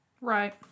Right